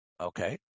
Okay